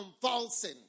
convulsing